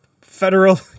federal